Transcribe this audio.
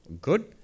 good